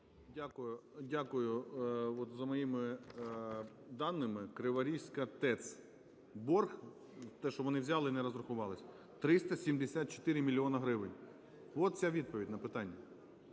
Дякую. От за моїми даними: Криворізька ТЕЦ – борг, те, що вони взяли і не розрахувались, 374 мільйона гривень. От це відповідь на питання.